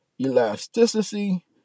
elasticity